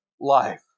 life